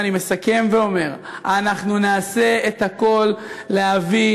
אני מסכם ואומר: אנחנו נעשה את הכול להביא